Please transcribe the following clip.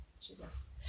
Jesus